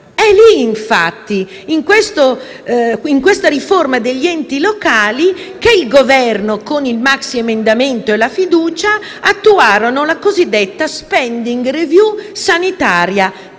È lì, infatti, in quella riforma degli enti locali, che il Governo, con il maxiemendamento e la questione di fiducia, attuò la cosiddetta *spending review* sanitaria,